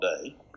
day